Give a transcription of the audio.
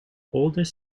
oldest